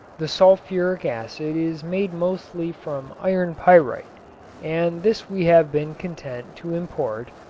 the sulfuric acid is made mostly from iron pyrite and this we have been content to import,